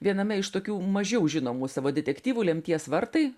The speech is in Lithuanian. viename iš tokių mažiau žinomų savo detektyvų lemties vartai